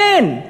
אין.